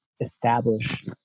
establish